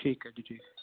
ਠੀਕ ਹੈ ਜੀ ਠੀਕ ਹੈ